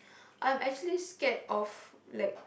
I'm actually scared of like